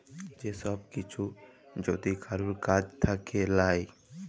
যে সব কিসু যদি কারুর কাজ থাক্যে লায়